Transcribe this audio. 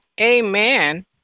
Amen